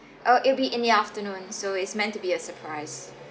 oh it'll be in the afternoon so it's meant to be a surprise